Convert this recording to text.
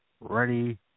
ready